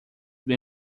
bem